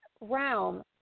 realm